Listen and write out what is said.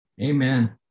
Amen